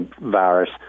virus